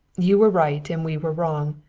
you were right and we were wrong.